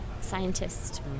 scientists